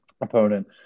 opponent